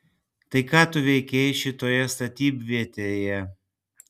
tai ką tu veikei šitoje statybvietėje